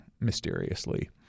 mysteriously